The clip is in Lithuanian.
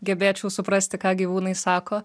gebėčiau suprasti ką gyvūnai sako